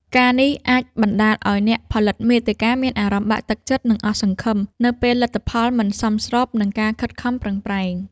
ការណ៍នេះអាចបណ្ដាលឱ្យអ្នកផលិតមាតិកាមានអារម្មណ៍បាក់ទឹកចិត្ត និងអស់សង្ឃឹម នៅពេលលទ្ធផលមិនសមស្របនឹងការខិតខំប្រឹងប្រែង។